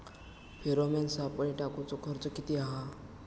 Pheromone सापळे टाकूचो खर्च किती हा?